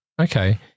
Okay